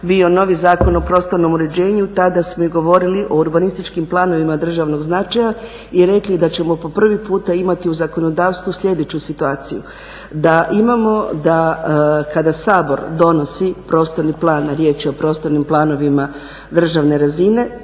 bio novi Zakon o prostornom uređenju, tada smo i govorili o urbanističkim planovima državnog značaja i rekli da ćemo po prvi puta imati u zakonodavstvu sljedeću situaciju. Da imamo da kada Sabor donosi prostorni plan, a riječ je o prostornim planovima državne razine,